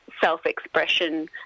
self-expression